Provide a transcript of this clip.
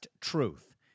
Truth